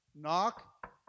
Knock